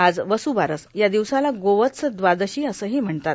आज वसुबारस या दिवसाला गोवत्स द्वादशी असेही म्हणतात